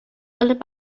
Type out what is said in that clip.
funded